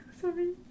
Sorry